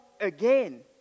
again